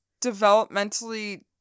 developmentally